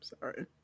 Sorry